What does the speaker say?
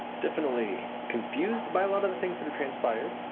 definitely confused by a lot of the things that are transpired,